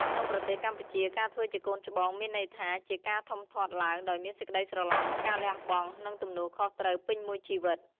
ក្នុងប្រទេសកម្ពុជា ការធ្វើជាកូនច្បងមានន័យថាជាការធំធាត់ឡើងដោយមានសេចក្ដីស្រឡាញ់ ការលះបង់ និងទំនួលខុសត្រូវពេញមួយជីវិត។